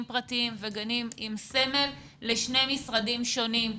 פרטיים וגנים עם סמל לשני משרדים שונים.